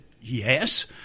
yes